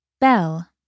Bell